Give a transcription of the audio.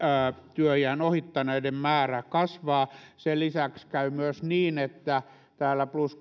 työiän ohittaneiden määrä kasvaa sen lisäksi käy niin että kuusikymmentäviisi plus